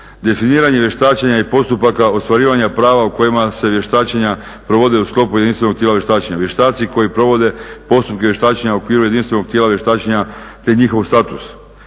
definiranje vještačenja i postupaka ostvarivanja prava u kojima se vještačenja provode u sklopu jedinstvenog tijela vještačenja, vještaci koji provode postupke vještačenja u okviru jedinstvenog tijela vještačenja te njihov status,